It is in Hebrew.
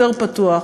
יותר פתוח,